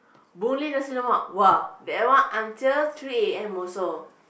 Boon-Lay nasi-lemak !wah! that one until three A_M also